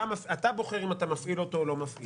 אתה בוחר אם אתה מפעיל או לא מפעיל.